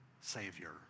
Savior